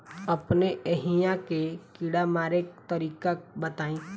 अपने एहिहा के कीड़ा मारे के तरीका बताई?